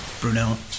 Brunel